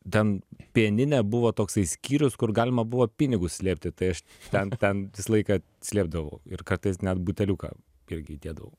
ten pianine buvo toksai skyrius kur galima buvo pinigus slėpti tai aš ten ten visą laiką slėpdavau ir kartais net buteliuką irgi įdėdavau